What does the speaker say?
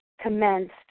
commenced